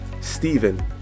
Stephen